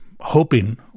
hoping